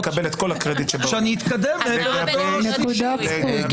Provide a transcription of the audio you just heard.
שאתקדם לעבר התואר השלישי.